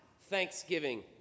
Thanksgiving